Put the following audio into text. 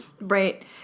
Right